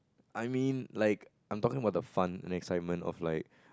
I mean like I'm talking about the fun excitement of like